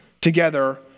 together